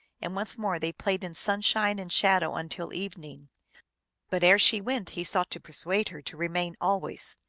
and once more they played in sunshine and shadow until evening but ere she went he sought to persuade her to remain always.